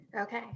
Okay